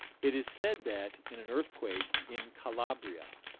it is said that, in an earthquake in calabria,